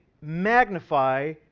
magnify